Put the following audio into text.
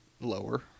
Lower